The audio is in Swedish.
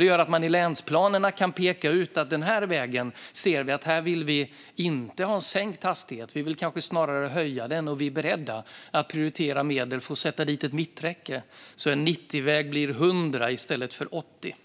Det gör att man i länsplanerna kan peka ut en viss väg där man inte vill ha en sänkt hastighet utan snarare höja den och är beredd att prioritera medel för att sätta dit ett mitträcke så att en 90-väg blir 100 i stället för 80.